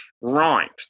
Right